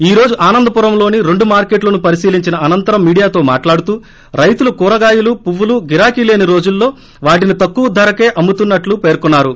ఈ రోజు ఆనందపురంలోని రెండు మార్కెట్లను పరిశీలించిన అనంతరం మీడియాతో మాట్లాడుతూ రైతులు కూరగాయలు పువ్వులు గిరాకి లేని రోజుల్లో వాటిని తక్కువ ధరకే అమ్మతున్నట్లు పేర్కొన్సారు